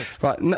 Right